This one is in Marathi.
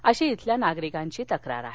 अशी इथल्या नागरीकांची तक्रार आहे